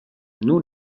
nun